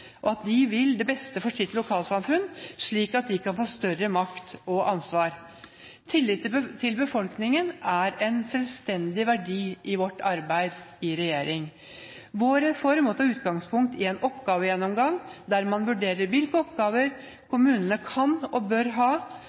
og at de vil det beste for sitt lokalsamfunn, slik at de kan få større makt og ansvar. Tillit til befolkningen er en selvstendig verdi i vårt arbeid i regjering. Vår reform må ta utgangspunkt i en oppgavegjennomgang der man vurderer hvilke oppgaver kommunene kan og bør ha.